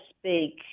speak